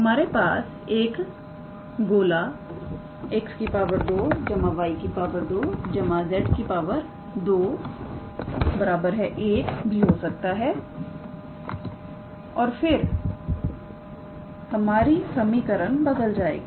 हमारे पास एक गोला 𝑥2 𝑦2 𝑧2 1 भी हो सकता है और फिर हमारी समीकरण बदल जाएगी